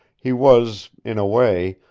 he was, in a way,